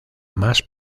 más